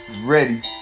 Ready